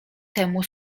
temu